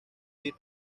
bill